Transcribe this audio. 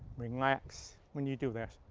relax when you do this.